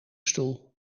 stoel